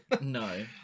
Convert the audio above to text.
No